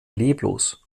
leblos